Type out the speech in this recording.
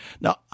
Now